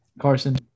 Carson